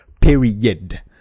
Period